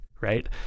Right